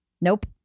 Nope